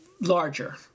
larger